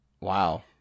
Wow